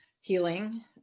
healing